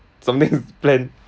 something plan